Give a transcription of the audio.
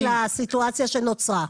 ספציפית לסיטואציה שנוצרה?